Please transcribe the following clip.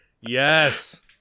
Yes